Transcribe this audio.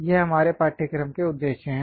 ये हमारे पाठ्यक्रम के उद्देश्य हैं